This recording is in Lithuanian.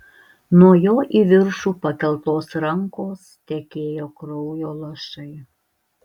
nuo jo į viršų pakeltos rankos tekėjo kraujo lašai